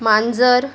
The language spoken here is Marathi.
मांजर